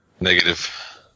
negative